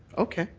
okay.